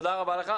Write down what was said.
תודה רבה לך.